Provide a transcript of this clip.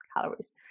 calories